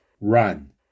Run